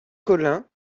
collin